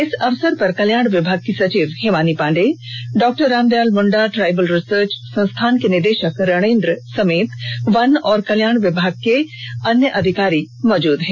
इस अवसर पर कल्याण विभाग की सचिव Himani Pandey doctor Ramdayal Munda tribal research संस्थान के निदेषक रणेंद्र समेत वन और कल्याण विभाग के अन्य अधिकारी मौजूद हैं